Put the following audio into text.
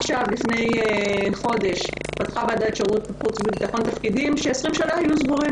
לפני חודש פתחה ועדת החוץ והביטחון תפקידים שבמשך 20 שנים היו סגורים,